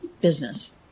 business